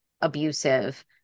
abusive